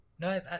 No